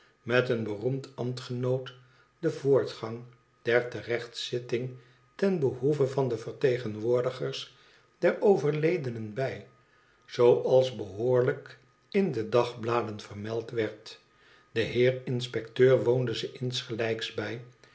met een beroemd ambtgenoot den voortgang der terechtzitting ten behoeve van de vertegenwoordigers des overledenen bij zooals behoorlijk in de dagbladen vermeld werd de heer inspecteur woonde ze ingelijksbij